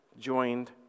joined